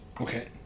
Okay